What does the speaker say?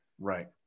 right